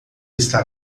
está